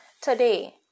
today